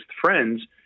friends